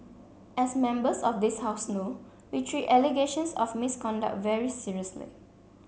as members of this house know we treat allegations of misconduct very seriously